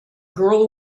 girl